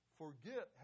forget